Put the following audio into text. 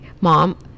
mom